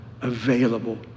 available